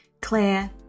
Claire